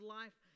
life